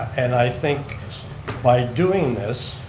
and i think by doing this,